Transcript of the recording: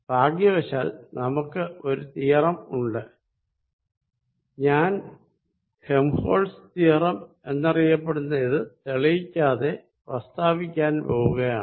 ഭാഗ്യവശാൽ നമുക്ക് ഒരു തിയറം ഉണ്ട് ഞാൻ ഹെംഹോൾട്സ് തിയറം എന്നറിയപ്പെടുന്ന ഇത് തെളിയിക്കാതെ പ്രസ്താവിക്കാൻ പോകയാണ്